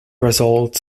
result